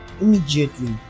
Immediately